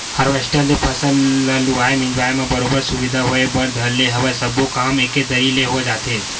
harvester ले फसल ल लुवाए मिंजाय म बरोबर सुबिधा होय बर धर ले हवय सब्बो काम एके दरी ले हो जाथे